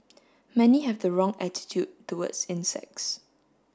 many have the wrong attitude towards insects